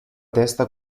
testa